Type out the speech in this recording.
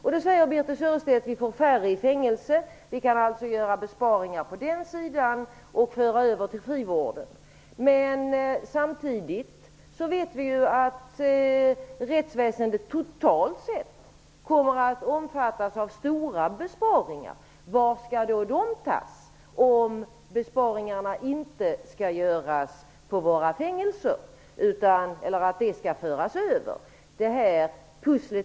Då säger Birthe Sörestedt att vi får färre människor i fängelse och att vi alltså kan göra besparingar på den sidan och föra över resurser till frivården. Men samtidigt vet vi att rättsväsendet totalt sett kommer att omfattas av stora besparingar. Varifrån skall de pengarna tas, om besparingarna inte skall göras på våra fängelser och resurser skall föras över?